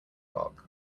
dog